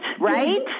Right